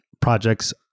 projects